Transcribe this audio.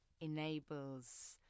enables